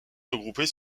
regroupées